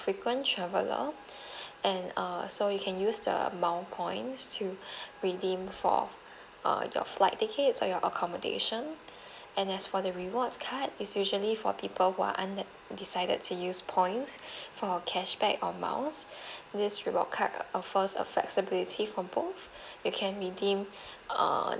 frequent traveller and err so you can use the mile points to redeem for err your flight tickets or your accommodation and as for the rewards card it's usually for people who are undecided to use points for cashback or miles this reward card offers a flexibility for both you can redeem err